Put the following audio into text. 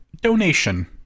donation